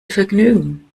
vergnügen